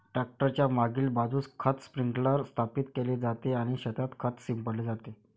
tractor च्या मागील बाजूस खत स्प्रिंकलर स्थापित केले जाते आणि शेतात खत शिंपडले जाते